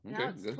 okay